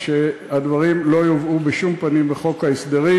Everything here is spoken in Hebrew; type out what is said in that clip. שהדברים לא יובאו בשום פנים בחוק ההסדרים.